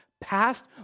past